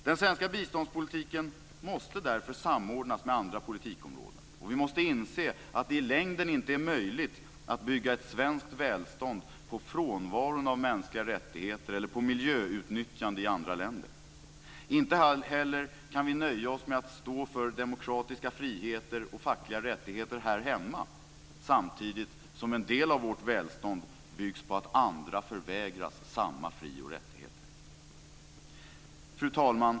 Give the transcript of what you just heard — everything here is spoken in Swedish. Den svenska biståndspolitiken måste därför samordnas med andra politikområden. Vi måste inse att det i längden inte är möjligt att bygga ett svenskt välstånd på frånvaro av mänskliga rättigheter och på miljöutnyttjande i andra länder. Inte heller kan vi nöja oss med att stå för demokratiska friheter och fackliga rättigheter här hemma samtidigt som en del av vårt välstånd byggs på att andra förvägras samma fri och rättigheter. Fru talman!